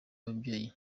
ababyeyi